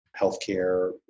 healthcare